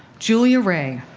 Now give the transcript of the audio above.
julia ray,